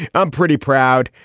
i'm pretty proud.